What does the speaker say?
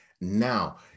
Now